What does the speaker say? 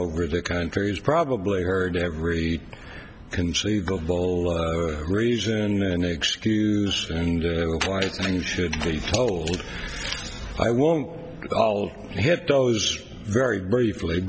over the country is probably heard every conceivable reason and excuse and you should be told i won't hit those very briefly